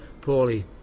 poorly